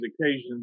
occasions